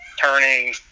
turning